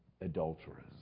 adulterers